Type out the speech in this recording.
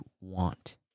want